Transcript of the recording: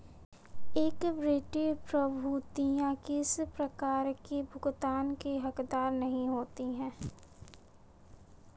equity प्रभूतियाँ किसी प्रकार की भुगतान की हकदार नहीं होती